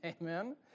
Amen